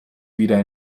wieder